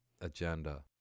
agenda